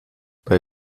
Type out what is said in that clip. bei